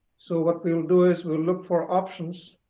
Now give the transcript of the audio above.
so what we'll do is we'll look for options